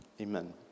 amen